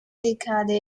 decade